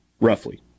roughly